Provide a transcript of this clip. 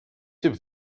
typ